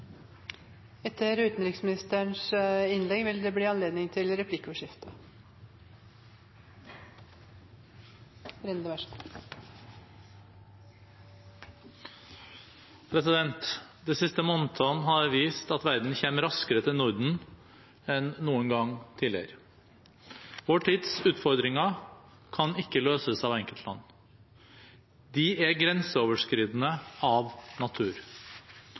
De siste månedene har vist at verden kommer raskere til Norden enn noen gang tidligere. Vår tids utfordringer kan ikke løses av enkeltland. De er grenseoverskridende av natur.